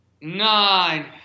nine